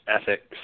ethics